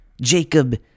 Jacob